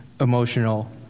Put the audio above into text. emotional